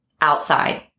outside